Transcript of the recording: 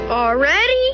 already